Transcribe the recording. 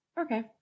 okay